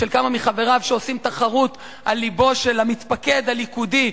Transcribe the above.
של כמה מחבריו שעושים תחרות על לבו של המתפקד הליכודי,